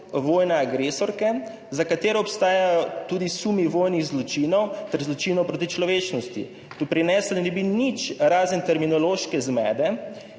vojne agresorke, za katere obstajajo tudi sumi vojnih zločinov ter zločinov proti človečnosti. Doprinesli ne bi nič razen terminološke zmede,